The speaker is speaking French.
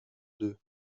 deux